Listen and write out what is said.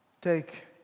Take